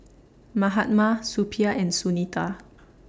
Mahatma Suppiah and Sunita